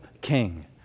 king